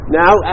now